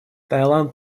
таиланд